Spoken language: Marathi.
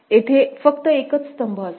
येथे फक्त एकच स्तंभ असेल